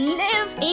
live